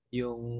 yung